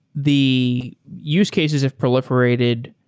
the use cases of proliferated,